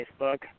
Facebook